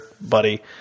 buddy